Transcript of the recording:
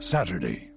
Saturday